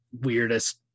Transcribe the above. weirdest